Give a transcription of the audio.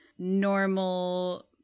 normal